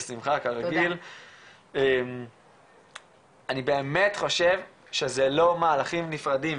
אני באמת חושב שזה לא מהלכים נפרדים,